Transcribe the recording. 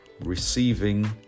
receiving